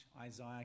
Isaiah